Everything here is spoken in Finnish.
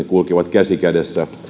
kulkevat käsi kädessä